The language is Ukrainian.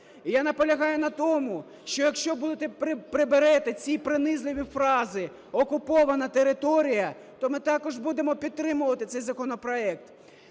я наполягаю на тому, що якщо приберете ці принизливі фрази "окупована територія", то ми також будемо підтримувати цей законопроект.